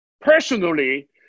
personally